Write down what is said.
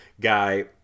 guy